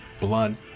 blood